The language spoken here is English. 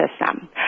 system